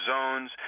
Zones